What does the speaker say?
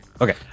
Okay